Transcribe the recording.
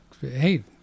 hey